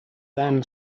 than